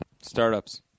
Startups